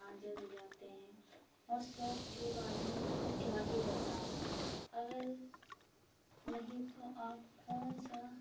बजाते हैं और शौक के बारे में तो क्या ही बताएँ अगर नहीं तो आप कौन सा